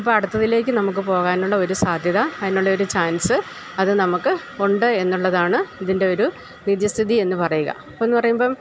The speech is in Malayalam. ഇപ്പോള് അടുത്തതിലേക്ക് നമുക്ക് പോകാനുള്ളൊരു സാധ്യത അതിനുള്ളൊരു ചാൻസ്സ് അത് നമുക്കുണ്ടെന്നുള്ളതാണ് ഇതിൻ്റെ ഒരു നിജസ്ഥിതിയെന്ന് പറയുക ഇപ്പോളെന്ന് പറയുമ്പോള്